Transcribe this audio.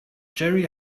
jerry